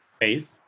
Face